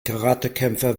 karatekämpfer